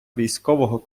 військового